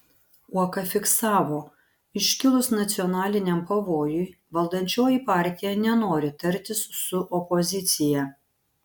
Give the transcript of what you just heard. uoka fiksavo iškilus nacionaliniam pavojui valdančioji partija nenori tartis su opozicija